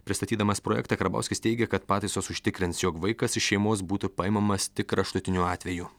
pristatydamas projektą karbauskis teigė kad pataisos užtikrins jog vaikas iš šeimos būtų paimamas tik kraštutiniu atveju